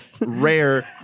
rare